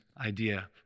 idea